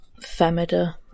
Femida